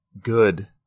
good